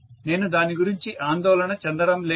నేను దాని గురించి ఆందోళన చెందడంలేదు